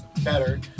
Better